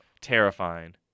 terrifying